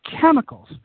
chemicals